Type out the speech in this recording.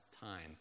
time